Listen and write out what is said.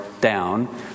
down